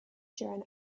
during